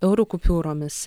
eurų kupiūromis